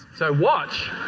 so, watch